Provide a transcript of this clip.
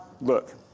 look